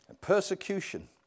Persecution